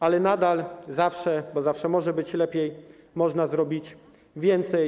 Ale nadal - zawsze, bo zawsze może być lepiej - można zrobić więcej.